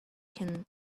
can